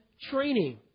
training